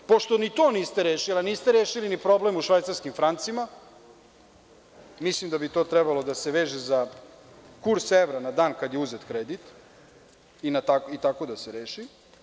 Pošto ni to niste rešili, a niste rešili ni problem u švajcarskim francima, mislim da bi to trebalo da se veže za kurs evra na dan kada je uzet kredit i tako da se reši.